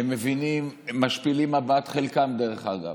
הם מבינים, הם משפילים מבט, חלקם, דרך אגב.